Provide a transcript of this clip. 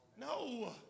No